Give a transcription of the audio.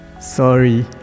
Sorry